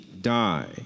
die